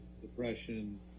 depression